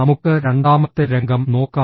നമുക്ക് രണ്ടാമത്തെ രംഗം നോക്കാം